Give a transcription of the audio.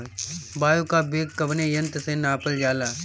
वायु क वेग कवने यंत्र से नापल जाला?